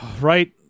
right